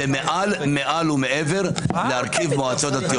זה מעל, מעל ומעבר להרכיב מועצות דתיות.